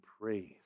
praise